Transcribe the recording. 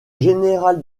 général